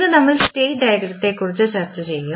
ഇന്ന് നമ്മൾ സ്റ്റേറ്റ് ഡയഗ്രത്തെക്കുറിച്ച് ചർച്ച ചെയ്യും